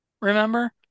remember